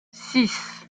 six